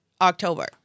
October